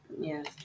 Yes